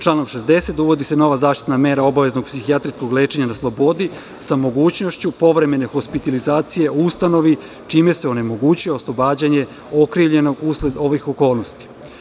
Članom 60. uvodi se nova zaštitna mera obaveznog psihijatrijskog lečenja na slobodi, sa mogućnošću povremene hospitalizacije u ustanovi, čime se onemogućuje oslobađanje okrivljenog usled ovih okolnosti.